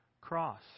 cross